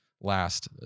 last